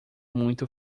muito